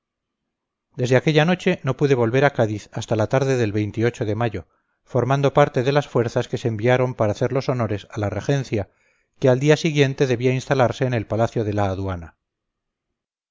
desde aquella noche no pude volver a cádiz hasta la tarde del de mayo formando parte de las fuerzas que se enviaron para hacer los honores a la regencia que al día siguiente debía instalarse en el palacio de la aduana